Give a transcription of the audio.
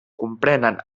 comprenen